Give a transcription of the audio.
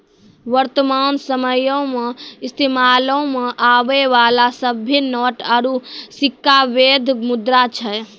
वर्तमान समयो मे इस्तेमालो मे आबै बाला सभ्भे नोट आरू सिक्का बैध मुद्रा छै